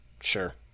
sure